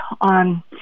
on